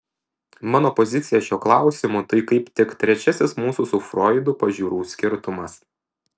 mano pozicija šiuo klausimu tai kaip tik trečiasis mūsų su froidu pažiūrų skirtumas